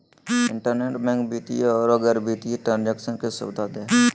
internet bank वित्तीय औरो गैर वित्तीय ट्रांन्जेक्शन के सुबिधा दे हइ